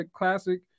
classic